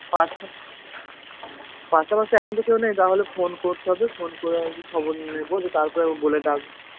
হ্যাঁ পাশাপাশি এখন তো কেউ নেই তাহলে ফোন করতে হবে ফোন করে আর কি খবর নেব দিয়ে তারপরে বলে ডাকবো